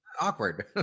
awkward